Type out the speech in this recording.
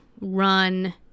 run